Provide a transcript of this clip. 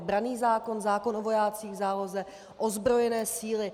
Branný zákon, zákon o vojácích v záloze, ozbrojené síly.